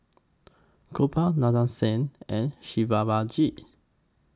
Gopal Nadesan and